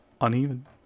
uneven